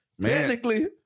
technically